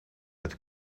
het